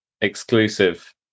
exclusive